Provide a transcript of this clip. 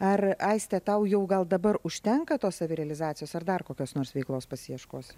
ar aiste tau jau gal dabar užtenka tos savirealizacijos ar dar kokios nors veiklos pasiieškosi